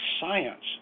science